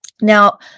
now